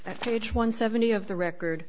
that page one seventy of the record